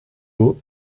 beau